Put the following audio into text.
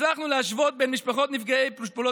הצלחנו להשוות בין משפחות נפגעות פעולות